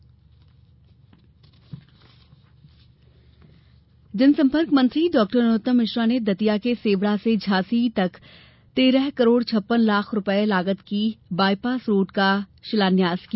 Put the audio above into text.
नरोत्तम मिश्र जनसंपर्क मंत्री डॉ नरोत्तम मिश्र ने दतिया के सेवढ़ा से झांसी तक तेरह करोड छप्पन लाख रुपए लागत की बायपास रोड का शिलान्यास किया